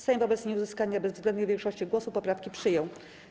Sejm wobec nieuzyskania bezwzględnej większości głosów poprawki przyjął.